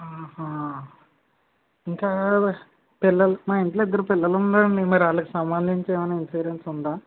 ఆహా ఇంకా పిల్లలు మా ఇంట్లో ఇద్దరు పిల్లలు ఉన్నారండి మరి వాళ్ళకు సంబంధించి ఏమన్నా ఇన్సూరెన్స్ ఉందా